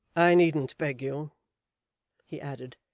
i needn't beg you he added,